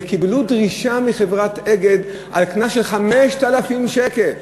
וקיבלו דרישה מחברת "אגד" על קנס של 5,000 שקל,